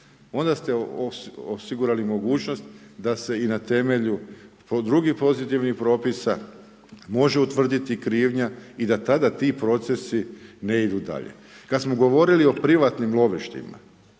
onda ste osigurali mogućnost da se i na temelju drugih pozitivnih propisa može utvrditi krivnja i da tada ti procesi ne idu dalje. Kada smo govorili o privatnim lovištima,